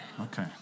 Okay